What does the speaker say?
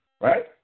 right